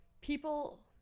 people